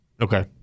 Okay